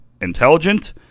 intelligent